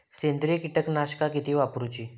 सेंद्रिय कीटकनाशका किती वापरूची?